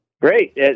Great